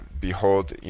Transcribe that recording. Behold